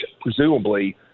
presumably